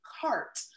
cart